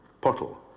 Pottle